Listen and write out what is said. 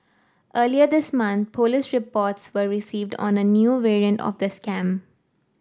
earlier this month police reports were received on the new variant of the scam